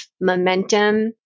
momentum